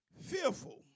fearful